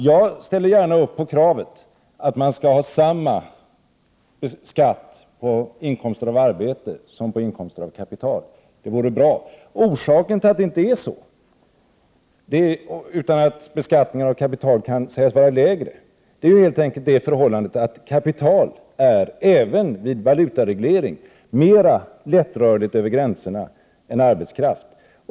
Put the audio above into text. Jag ställer gärna upp på kravet att man skall ha samma skatt på inkomster av arbete som på inkomster av kapital. Det vore bra. Orsaken till att beskattningen av kapital kan sägas vara lägre är helt enkelt det förhållandet att kapital, även vid valutareglering, är mera lättrörligt över gränserna än arbetskraft.